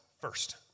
first